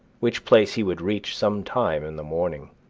which place he would reach some time in the morning.